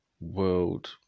world